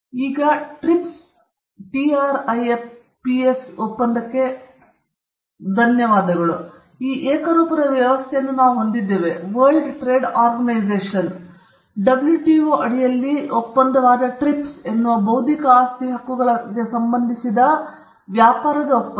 ಈಗ TRIPS ಒಪ್ಪಂದಕ್ಕೆ ಧನ್ಯವಾದಗಳು ಈ ಏಕರೂಪದ ವ್ಯವಸ್ಥೆಯನ್ನು ನಾವು ಹೊಂದಿದ್ದೇವೆ ವರ್ಲ್ಡ್ ಟ್ರೇಡ್ ಆರ್ಗನೈಸೇಶನ್ ಡಬ್ಲ್ಯುಟಿಒ ಅಡಿಯಲ್ಲಿ ಒಪ್ಪಂದವಾದ ಟ್ರಿಪ್ಸ್ ಎನ್ನುವ ಬೌದ್ಧಿಕ ಆಸ್ತಿ ಹಕ್ಕುಗಳ ಸಂಬಂಧಿಸಿದ ವಿಷಯಗಳ ವ್ಯಾಪಾರದ ಒಪ್ಪಂದ